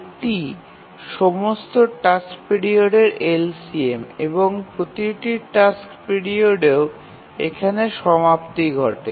এটি সমস্ত টাস্ক পিরিয়ডের এলসিএম এবং প্রতিটি টাস্ক পিরিয়ডেরও এখানে সমাপ্তি ঘটে